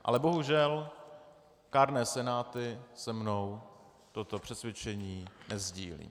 Ale bohužel kárné senáty se mnou toto přesvědčení nesdílejí.